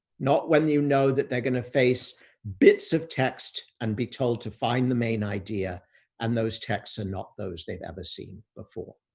not when you know that they're going to face bits of text and be told to find the main idea and those texts are not those they've ever seen before.